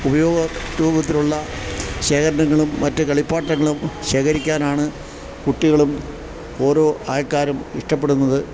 ഉപയോഗ രൂപത്തിലുള്ള ശേഖരണങ്ങളും മറ്റു കളിപ്പാട്ടങ്ങളും ശേഖരിക്കാനാണ് കുട്ടികളും ഓരോ ആൾക്കാരും ഇഷ്ടപ്പെടുന്നത്